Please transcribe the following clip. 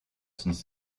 since